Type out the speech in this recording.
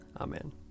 Amen